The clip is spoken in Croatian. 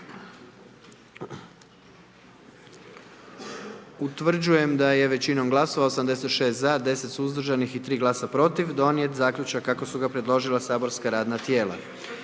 Utvrđujem da je jednoglasno, 80 glasova za, donijet zaključak kako su ga predložila saborska radna tijela.